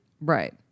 right